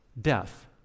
death